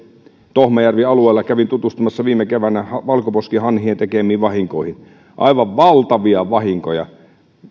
tohmajärvi alueella kävin tutustumassa viime keväänä valkoposkihanhien tekemiin vahinkoihin aivan valtavia vahinkoja